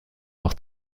noch